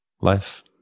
life